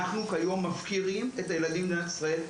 אנחנו כיום מפקירים את הילדים במדינת ישראל.